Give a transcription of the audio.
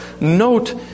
note